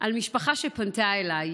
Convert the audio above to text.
על משפחה שפנתה אליי,